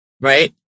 Right